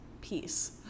peace